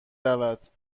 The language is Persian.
رود